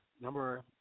number